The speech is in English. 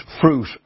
fruit